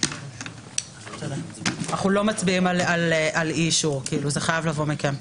אנחנו לא מצביעים על אי-אישור, זה חייב לבוא מכם.